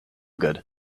good